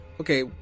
okay